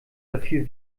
dafür